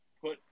put